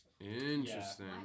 Interesting